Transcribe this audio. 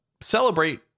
celebrate